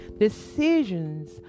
Decisions